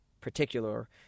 particular